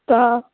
तऽ